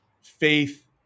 faith